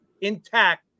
intact